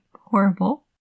horrible